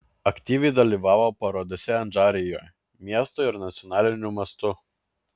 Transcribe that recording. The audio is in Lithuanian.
aktyviai dalyvavo parodose adžarijoje miesto ir nacionaliniu mastu